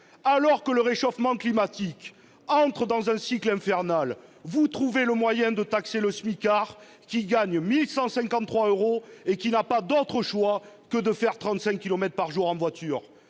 Alors que le réchauffement climatique entre dans un cycle infernal, vous trouvez le moyen de taxer le smicard qui gagne 1 153 euros et qui n'a d'autre choix que de faire 35 kilomètres par jour en voiture.